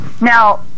Now